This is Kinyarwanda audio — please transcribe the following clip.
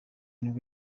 nibwo